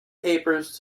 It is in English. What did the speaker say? papers